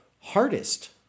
hardest